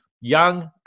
young